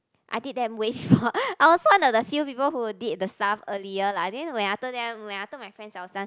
I did that way before I was one of the few people who did the stuff earlier like I think when I told them when I told my friends I was done